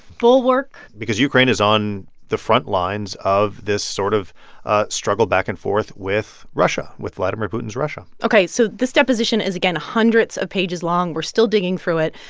bulwark because ukraine is on the frontlines of this sort of ah struggle back and forth with russia, with vladimir putin's russia ok, ok, so this deposition is, again, hundreds of pages long. we're still digging through it.